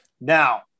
Now